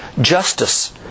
justice